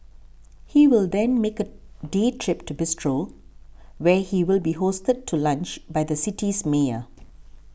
he will then make a day trip to Bristol where he will be hosted to lunch by the city's mayor